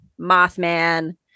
Mothman